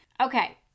Okay